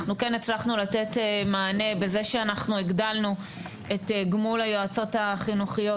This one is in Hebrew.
אנחנו כן הצלחנו לתת מענה בזה שאנחנו הגדלנו את גמול היועצות החינוכיות,